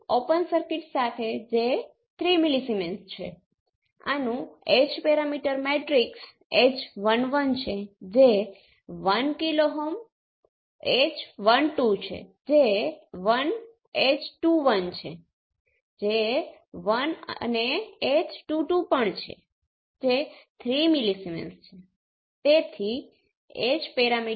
તેઓ રેસિપ્રોકલ લાગે છે એટલે કે ફોરવર્ડ ટ્રાન્સમિશનની કિંમત રિવર્સ ટ્રાન્સમિશનની કિંમત